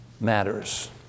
matters